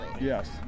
Yes